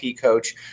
coach